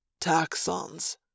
Taxons